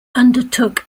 undertook